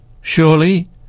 Surely